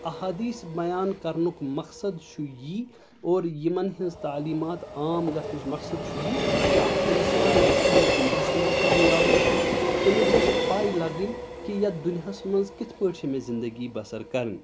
احادیٖث بَیان کَرنُک مقصد چھُ یی اور یِمَن ہِنٛز تعلیٖمات عام گَژھنٕچۍ مقصد چھُ یی کہِ اَکھ اِنسان گَژھہِ یَتھ دُنیاہَس اَنٛدر کامیاب گَژھُن تٔمِس گَژھہِ پاے لَگٕنۍ کہِ یَتھ دُنیاہَس مَنٛز کِتھ پٲٹھۍ چھِ مےٚ زِندَگی بَسَر کَرٕنۍ